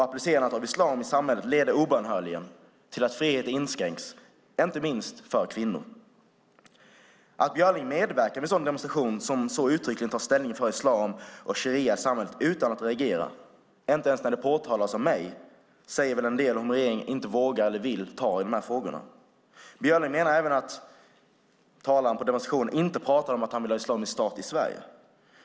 Applicerandet av islam i samhället leder obönhörligen till att frihet inskränks, inte minst för kvinnor. Att Björling medverkar vid en demonstration som uttryckligen tar ställning för islam och sharia i samhället utan att reagera, inte ens när det påtalas av mig, säger väl en del om att regeringen inte vågar eller vill ta i dessa frågor. Björling menar även att talaren på demonstrationen inte pratar om att han vill ha en islamisk stat i Sverige.